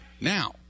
Now